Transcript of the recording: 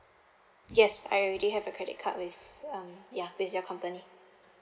yes I already have a credit card with um ya with your company